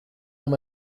dans